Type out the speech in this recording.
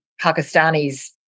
Pakistanis